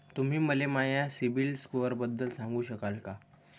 तुम्ही मले माया सीबील स्कोअरबद्दल सांगू शकाल का?